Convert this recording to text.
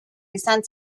izan